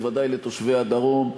בוודאי לתושבי הדרום,